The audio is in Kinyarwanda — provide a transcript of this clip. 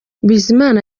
bizimana